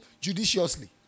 judiciously